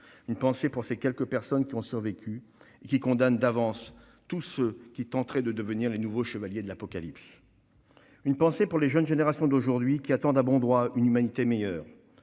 une pensée pour ces quelques personnes qui ont survécu et qui condamnent d'avance tous ceux qui tenteraient de devenir les nouveaux chevaliers de l'Apocalypse, une pensée pour les jeunes générations d'aujourd'hui, qui attendent à bon droit une humanité meilleure.